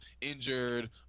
injured